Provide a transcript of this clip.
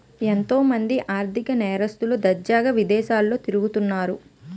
ఎంతో మంది ఆర్ధిక నేరస్తులు దర్జాగా విదేశాల్లో తిరుగుతన్నారు